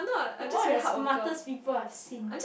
you are the smartest people I have seen